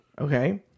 Okay